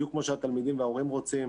בדיוק כמו שהתלמידים וההורים רוצים.